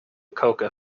cocoa